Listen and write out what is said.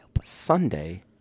Sunday